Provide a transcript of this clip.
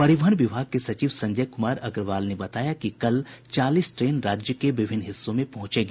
परिवहन विभाग के सचिव संजय कुमार अग्रवाल ने बताया कि कल चालीस ट्रेन राज्य के विभिन्न हिस्सों में पहुंचेगी